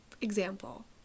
Example